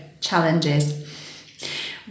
challenges